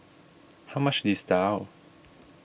how much is Daal